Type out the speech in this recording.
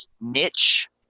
niche